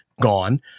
gone